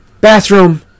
Bathroom